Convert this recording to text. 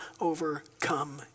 overcome